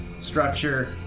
structure